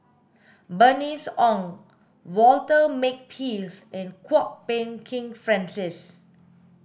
Bernice Ong Walter Makepeace and Kwok Peng Kin Francis